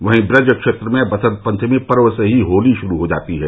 वहीं ब्रज क्षेत्र में वसंत पंचमी पर्व से ही होली शुरू हो जाती है